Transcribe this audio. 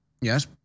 Yes